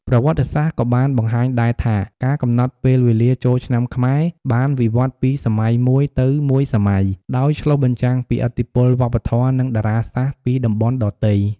ប្រវត្តិសាស្ត្រក៏បានបង្ហាញដែរថា ការកំណត់ពេលវេលាចូលឆ្នាំខ្មែរបានវិវឌ្ឍន៍ពីសម័យមួយទៅមួយសម័យ ដោយឆ្លុះបញ្ចាំងពីឥទ្ធិពលវប្បធម៌ និងតារាសាស្ត្រពីតំបន់ដទៃ។